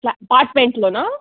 yeah అపార్ట్మెంట్లోనా